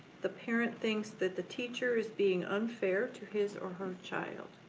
the parent thinks that the teacher is being unfair to his or her child.